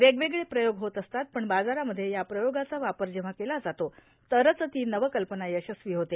वेगवेगळे प्रयोग होत असतात पण बाजारामध्ये त्या प्रयोगाचा वापर जेव्हा केला जातो तरच ती नवकल्पना यशस्वी होते